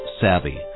savvy